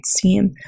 team